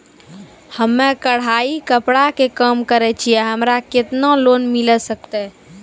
हम्मे कढ़ाई कपड़ा के काम करे छियै, हमरा केतना लोन मिले सकते?